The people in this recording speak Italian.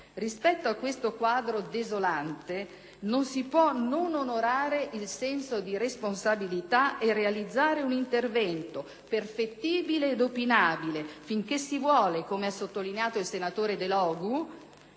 Rispetto a questo quadro desolante non si può non onorare il senso di responsabilità e realizzare un intervento, perfettibile ed opinabile finché si vuole, come ha sottolineato il senatore Delogu,